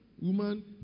woman